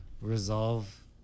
resolve